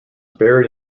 buried